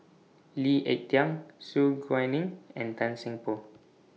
Lee Ek Tieng Su Guaning and Tan Seng Poh